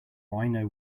rhino